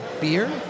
beer